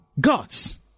gods